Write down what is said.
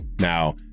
now